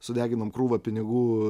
sudeginom krūvą pinigų